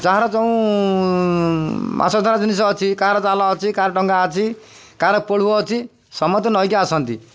ଯାହାର ଯେଉଁ ମାଛ ଧରାା ଜିନିଷ ଅଛି କାହାର ଚାଲ ଅଛି କାହାର ଡଙ୍ଗା ଅଛି କାହାର ପୋଳୁଅ ଅଛି ସମସ୍ତେ ନଈକି ଆସନ୍ତି